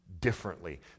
differently